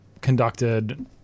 conducted